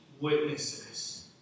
witnesses